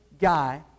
guy